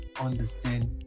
understand